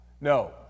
No